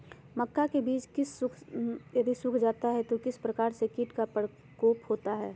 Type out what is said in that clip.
मक्का के बिज यदि सुख जाता है तो किस प्रकार के कीट का प्रकोप होता है?